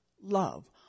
love